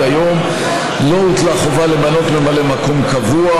היום לא הוטלה חובה למנות ממלא מקום קבוע,